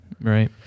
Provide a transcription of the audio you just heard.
Right